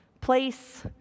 Place